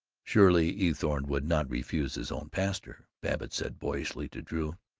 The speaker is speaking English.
surely eathorne would not refuse his own pastor. babbitt said boyishly to drew